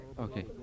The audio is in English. Okay